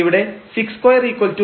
ഇവിടെ 6236945